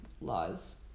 laws